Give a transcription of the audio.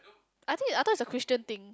I think I thought it's a Christian thing